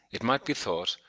it might be thought,